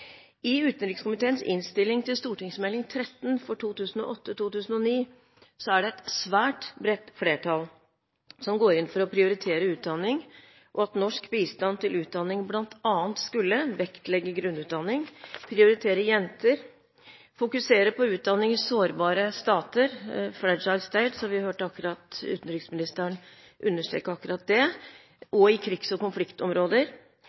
I utenrikskomiteens innstilling til St.meld. 13 for 2008–2009 var det et svært bredt flertall som gikk inn for å prioritere utdanning, og at norsk bistand til utdanning bl.a. skulle vektlegge grunnutdanning, prioritere jenter, fokusere på utdanning i sårbare stater – «fragile states», som vi akkurat hørte utenriksministeren understreke – og i krigs- og konfliktområder